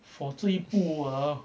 for 这一部啊